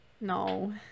No